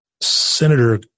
Senator